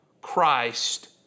Christ